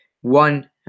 one